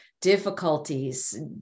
difficulties